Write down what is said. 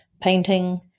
painting